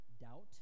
Doubt